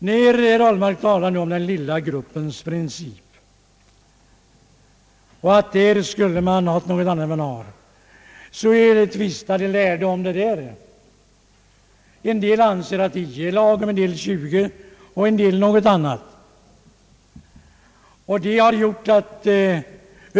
Herr Ahlmark talar om »den lilla gruppens princip», men de lärde tvistar om hur stor gruppen bör vara. En del anser att 10 är lagom, en del föreslår 20 och en del något annat antal.